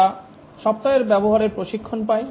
তারা সফটওয়্যার ব্যবহারের প্রশিক্ষণ পায়